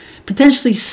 Potentially